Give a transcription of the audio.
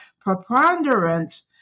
preponderance